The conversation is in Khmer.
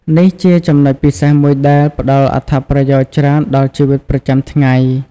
នេះជាចំណុចពិសេសមួយដែលផ្តល់អត្ថប្រយោជន៍ច្រើនដល់ជីវិតប្រចាំថ្ងៃ ។